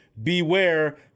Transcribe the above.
Beware